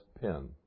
pin